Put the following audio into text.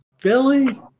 Billy